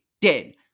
dead